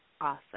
Awesome